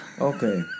Okay